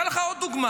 אני אתן לך עוד דוגמה.